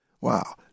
Wow